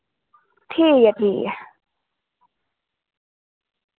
ठीक ऐ ठीक ऐ